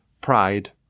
pride